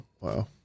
wow